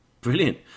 Brilliant